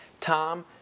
Tom